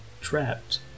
trapped